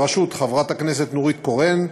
בראשות חברת הכנסת נורית קורן,